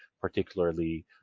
particularly